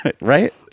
Right